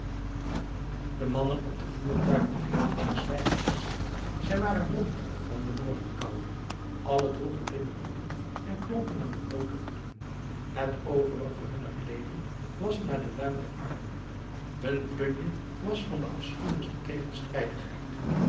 de mannen op de voertuigen lieten zich zwijgend hotsen zij waren blond van de morgenkoude allen droegen linnen broeken en klompen aan de bloote voeten het overige hunner kleeding was naar de luim der armoede hun plunje was van de afschuwelijkste tegenstrijdigheid